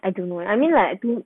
I don't know I mean like do